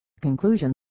Conclusion